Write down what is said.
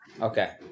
Okay